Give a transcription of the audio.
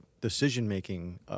decision-making